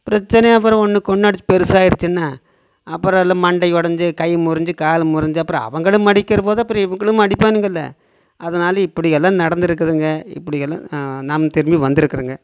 பிரச்சனை அப்பறம் ஒன்னுக்கொன்னு அடித்து பெருசாயிருச்சுனால் அப்பறம் எல்லா மண்டை உடஞ்சி கை முறிஞ்சு கால் முறிஞ்சு அப்பறம் அவங்களும் அடிக்கிறபோது அப்புறம் இவங்களும் அடிப்பானுங்கள்ல அதனால் இப்படியெல்லாம் நடந்திருக்குதுங்க இப்படியெல்லாம் நாம் திரும்பி வந்திருக்குறங்க